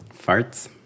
farts